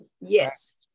Yes